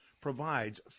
provides